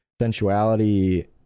sensuality